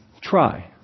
try